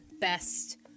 best